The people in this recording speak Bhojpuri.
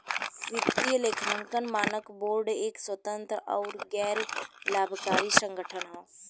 वित्तीय लेखांकन मानक बोर्ड एक स्वतंत्र आउर गैर लाभकारी संगठन हौ